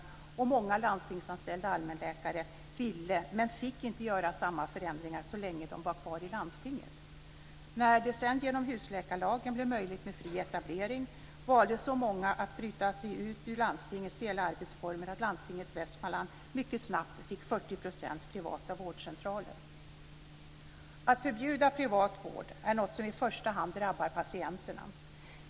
Många landstingsanställda allmänläkare ville, men fick inte, göra samma förändringar så länge de var kvar i landstinget. När det sedan genom husläkarlagen blev möjligt med fri etablering valde så många att bryta sig ut ur landstingets stela arbetsformer att landstinget i Västmanland mycket snabb fick Att förbjuda privat vård är någonting som i första hand drabbar patienterna.